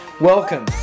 Welcome